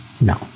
No